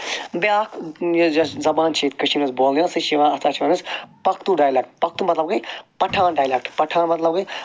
بیاکھ یۄس زبان چھِ ییٚتہِ کشیٖرِ منٛز بولنہٕ یِوان سۄ چھِ یِوان تتھ چھِ ونان أسۍ پختون ڈیلیکٹ پختون مطلب گٔے پھٹان ڈیلیکٹ پٹھان مطلب گٔے